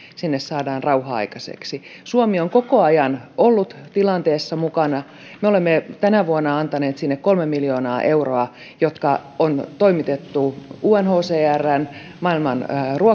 sinne saadaan rauha aikaiseksi suomi on koko ajan ollut tilanteessa mukana me olemme tänä vuonna antaneet sinne kolme miljoonaa euroa jotka on toimitettu unhcrn maailman